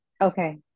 Okay